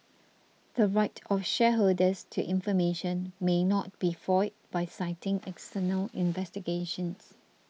the right of shareholders to information may not be foiled by citing external investigations